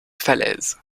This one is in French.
falaise